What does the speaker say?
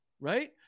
Right